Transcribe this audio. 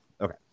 Okay